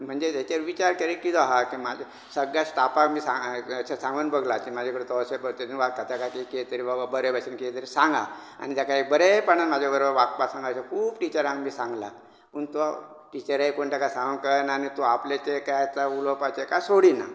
म्हणजे हेचेर विचार तरी किते हा की म्हाजे सगळ्या स्टाफांक बी सांगून बगला की म्हाजे कडेन तो अशें पद्दतीन वागता तेका कितें तरी बाबा बरे भशेन कितें तरी सांगा आनी तेका एक बरेंपणान म्हजे बरबर वागपा अशे खूब टिचरांक बी सांगला पूण तो टिचरे कोण तेका सांगूक कळना तो आपलें तें करता उलोवपाचें कांय सोडिना